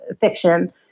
fiction